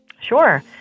Sure